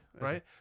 Right